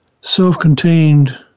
self-contained